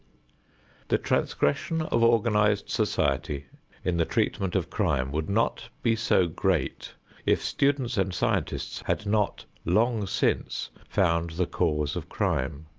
the transgression of organized society in the treatment of crime would not be so great if students and scientists had not long since found the cause of crime.